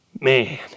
Man